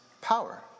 power